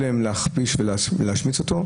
להכפשה ולהשמצה של ציבור שלם.